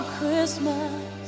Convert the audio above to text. Christmas